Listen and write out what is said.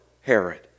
Herod